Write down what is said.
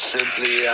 Simply